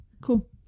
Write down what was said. Cool